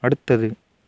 அடுத்தது